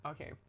Okay